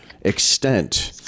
extent